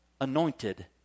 anointed